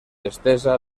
estesa